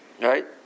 Right